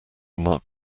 mark